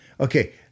okay